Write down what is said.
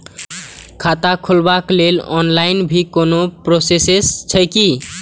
खाता खोलाबक लेल ऑनलाईन भी कोनो प्रोसेस छै की?